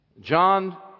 John